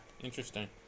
interesting